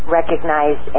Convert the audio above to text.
recognize